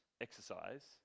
exercise